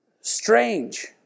strange